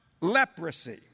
leprosy